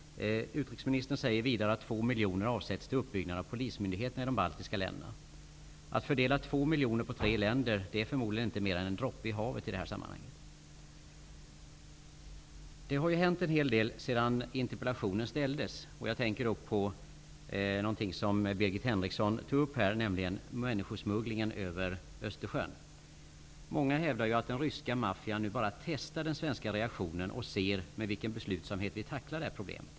Utrikesministern säger vidare att 2 miljoner avsätts till uppbyggnad av polismyndigheterna i de baltiska staterna. 2 miljoner, fördelat på tre länder, är förmodligen inte mer än en droppe i havet i det sammanhanget. Det har ju hänt en hel del sedan interpellationen ställdes. Jag tänker på det som Birgit Henriksson tog upp, nämligen människosmugglingen över Östersjön. Många hävdar att den ryska maffian nu bara testar den svenska reaktionen och ser med vilken beslutsamhet vi tacklar det problemet.